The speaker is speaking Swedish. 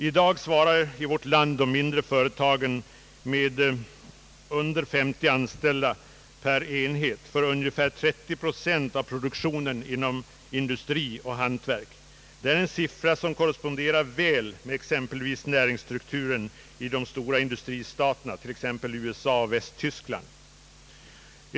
I dag svarar i vårt land de mindre företagen med under 50 anställda per enhet för ungefär 30 procent av produktionen inom industri och hantverk. Det är en siffra som korresponderar väl med näringsstrukturen i de stora industristaterna, t.ex. USA och Västtyskland.